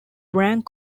rank